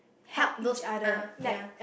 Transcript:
help those ah ya